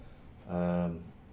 um